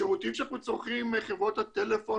השירותים שאנחנו צורכים מחברות הטלפון